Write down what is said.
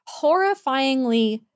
horrifyingly